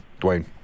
Dwayne